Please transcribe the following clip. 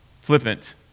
flippant